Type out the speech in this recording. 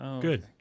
Good